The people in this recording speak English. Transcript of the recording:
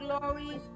Glory